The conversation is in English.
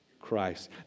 Christ